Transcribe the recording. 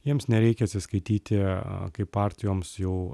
jiems nereikia atsiskaityti kaip partijoms jau